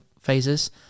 phases